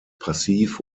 passiv